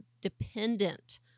dependent